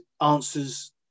answers